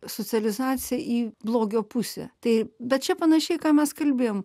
socializacija į blogio pusę tai bet čia panašiai ką mes kalbėjom